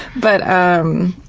but, um.